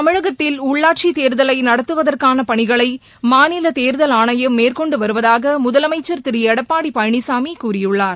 தமிழகத்தில் உள்ளாட்சிதேர்தலைநடத்துவதற்கானபணிகளைமாநிலதேர்தல் ஆணையம் மேற்கொண்டுவருவதாகமுதலமைச்சர் திருளடப்பாடிபழனிசாமிகூறியுள்ளார்